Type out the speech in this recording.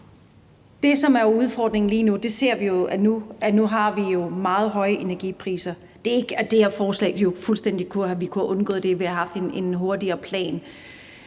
Det, som er udfordringen lige nu, er, at vi nu ser, at vi har meget høje energipriser. Det er ikke sådan, at vi med det her forslag fuldstændig kunne have undgået det, altså ved at vi havde haft en hurtigere plan.